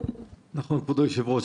כבוד היושב-ראש,